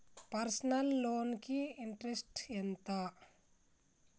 Personal loan కి interest ఎంత?